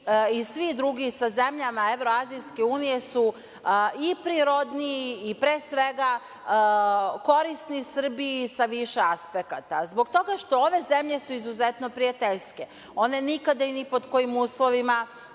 i svi drugi, sa zemljama Evroazijske unije su i prirodniji i korisni Srbiji sa više aspekata. Zbog toga što ove zemlje su izuzetno prijateljske one nikada i ni pod kojim uslovima